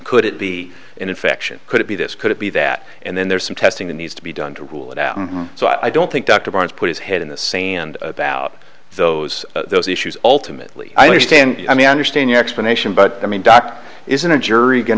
could it be an infection could it be this could it be that and then there's some testing that needs to be done to rule it out so i don't think dr barnes put his head in the sand about those those issues all timidly i understand i mean i understand your explanation but i mean doctor isn't a jury going